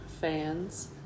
fans